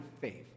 faith